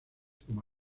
como